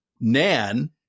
Nan